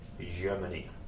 Germany